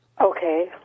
Okay